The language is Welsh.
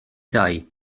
ddau